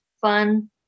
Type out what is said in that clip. fun